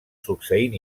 succeint